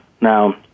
Now